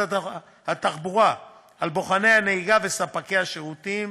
התחבורה על בוחני הנהיגה וספקי השירותים,